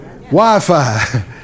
Wi-Fi